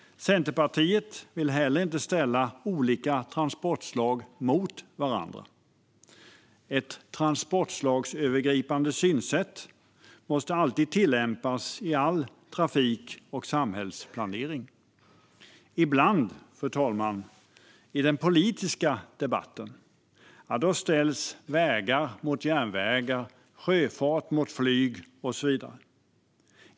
Centerpartiet vill inte heller ställa olika transportslag mot varandra. Ett transportslagsövergripande synsätt måste alltid tillämpas i all trafik och samhällsplanering. Ibland, fru talman, ställs i den politiska debatten vägar mot järnvägar, sjöfart mot flyg och så vidare.